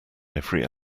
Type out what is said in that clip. every